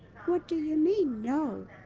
what do you mean no?